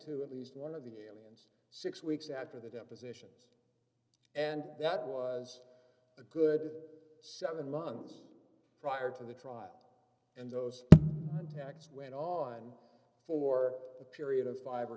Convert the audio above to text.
to at least one of the aliens six weeks after the depositions and that was the good seven months prior to the trial and those attacks went on for a period of five or